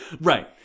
Right